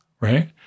Right